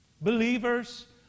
believers